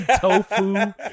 tofu